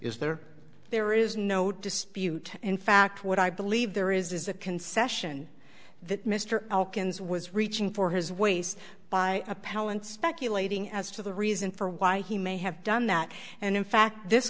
is there there is no dispute in fact what i believe there is a concession that mr elkins was reaching for his waist by appellant speculating as to the reason for why he may have done that and in fact this